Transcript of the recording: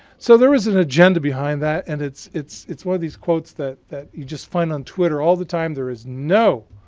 so there is an agenda behind that, and it's it's one of these quotes that that you just find on twitter all the time. there is no,